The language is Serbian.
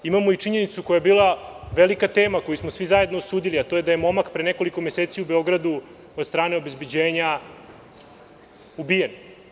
Imamo i činjenicu koja je bila velika tema koju smo svi zajedno osudili, a to je da je momak pre nekoliko meseci u Beogradu od strane obezbeđenja ubijen.